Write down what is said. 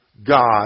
God